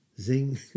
Zing